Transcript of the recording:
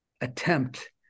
attempt